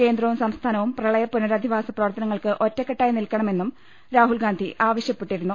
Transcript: കേന്ദ്രവും സംസ്ഥാ നവും പ്രളയ പുനരധിവാസ പ്രവർത്തനങ്ങൾക്ക് ഒറ്റക്കെട്ടായി നിൽക്ക ണമെന്നും രാഹുൽ ഗാന്ധി ആവശ്യപ്പെട്ടിരുന്നു